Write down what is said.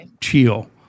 chill